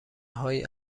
هایی